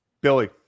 Billy